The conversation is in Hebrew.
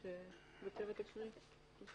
התשע"ו-2017.